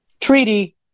Treaty